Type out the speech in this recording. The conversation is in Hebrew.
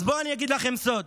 אז בואו אני אגיד לכם סוד: